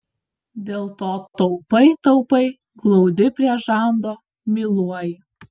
dėl to taupai taupai glaudi prie žando myluoji